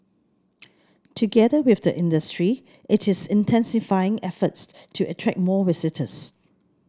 together with the industry it is intensifying efforts to attract more visitors